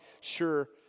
sure